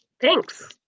Thanks